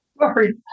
Sorry